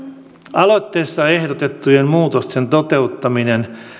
aloitteessa ehdotettujen muutosten toteuttaminen